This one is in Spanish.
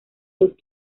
dos